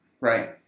Right